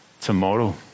tomorrow